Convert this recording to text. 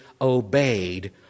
obeyed